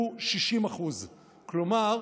הוא 60%. כלומר,